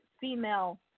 female